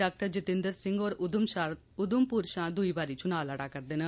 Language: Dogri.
डाकटर जितेन्द्र सिंह उधमपुर षा दुई बारी चुनां लडा करदे न